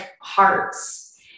hearts